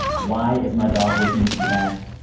why is my dog with me, you ask?